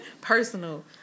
Personal